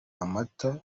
amata